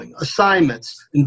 assignments